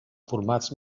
formats